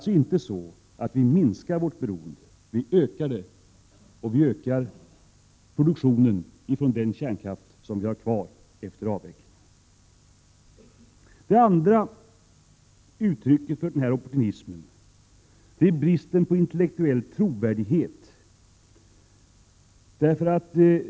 Vi minskar alltså inte vårt beroende 1990-talet av kärnkraften, vi ökar det. Det andra uttrycket för den nämnda opportunismen är bristen på intellektuell trovärdighet.